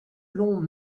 long